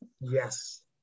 Yes